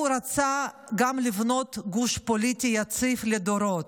הוא רצה גם לבנות גוש פוליטי יציב לדורות.